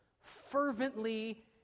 fervently